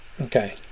Okay